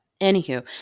anywho